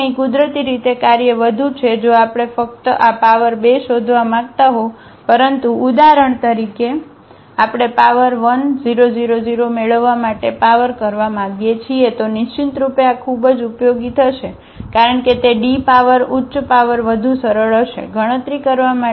તેથી અહીં કુદરતી રીતે કાર્ય વધુ છે જો આપણે ફક્ત આ પાવર 2 શોધવા માંગતા હો પરંતુ ઉદાહરણ તરીકે આપણે પાવર 1000 મેળવવા માટે પાવર કરવા માંગીએ છીએ તો નિશ્ચિતરૂપે આ ખૂબ જ ઉપયોગી થશે કારણ કે d પાવર ઉચ્ચ પાવર વધુ સરળ હશે ગણતરી કરવા માટે